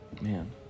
man